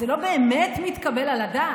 אז זה לא באמת מתקבל על הדעת.